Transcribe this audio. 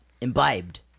imbibed